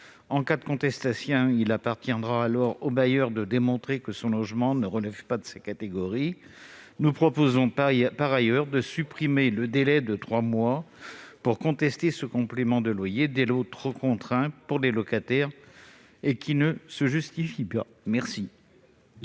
En cas de contestation, il appartiendra au bailleur de démontrer que son logement ne relève pas de ces catégories. Nous proposons par ailleurs de supprimer le délai de trois mois pour contester ce complément de loyer. Ce délai, trop contraint pour les locataires, n'est pas justifié. La parole